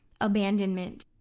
abandonment